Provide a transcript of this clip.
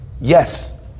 yes